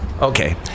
Okay